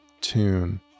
tune